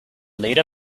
leader